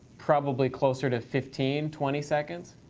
probably closer to fifteen, twenty seconds.